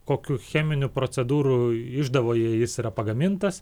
kokių cheminių procedūrų išdavoje jis yra pagamintas